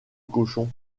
cochon